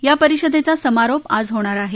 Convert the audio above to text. या परिषदेचा समारोप आज होणार आहे